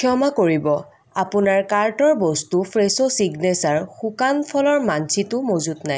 ক্ষমা কৰিব আপোনাৰ কাৰ্টৰ বস্তু ফ্ৰেছো চিগনেচাৰ শুকান ফলৰ মাঞ্চিটো মজুত নাই